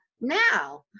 now